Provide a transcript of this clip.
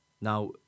Now